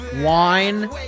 wine